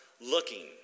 looking